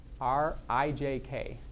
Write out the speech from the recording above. Rijk